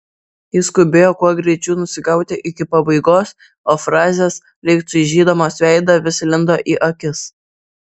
ji skubėjo kuo greičiau nusigauti iki pabaigos o frazės lyg čaižydamos veidą vis lindo į akis